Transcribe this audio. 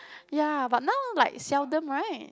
ya but now like seldom right